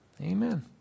Amen